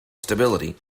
stability